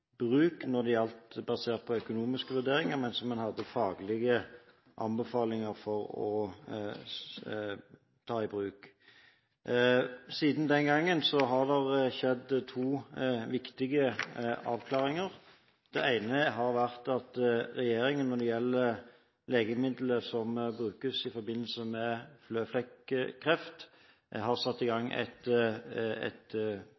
bruk, basert på økonomiske vurderinger, men som en hadde faglige anbefalinger for å ta i bruk. Siden den gangen har det skjedd to viktige avklaringer. Det ene er at regjeringen, når det gjelder legemidlet som brukes i forbindelse med føflekkreft, har satt i gang en studie, et